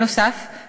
נוסף על כך,